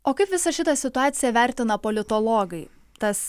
o kaip visą šitą situaciją vertina politologai tas